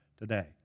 today